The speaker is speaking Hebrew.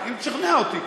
אם תשכנע אותי.